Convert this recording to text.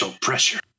pressure